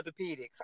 orthopedics